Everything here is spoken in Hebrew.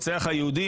רוצח היהודים,